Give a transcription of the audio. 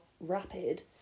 rapid